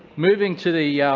moving to the yeah